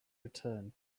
return